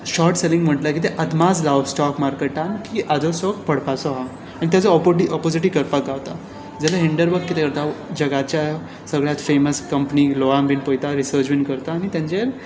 short selling म्हटल्यार कितें अदमास लावप स्टॉक मार्केटांत की हाचो स्टॉक पडपाचो हा आनी ताचो कळपाक पावता जाल्यार हिंडरबर्ग कितें करता जगाच्या फॅमस कंपनींक लोआंक बीन पळयता रिसर्च बीन करता आनी तांचेर